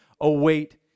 await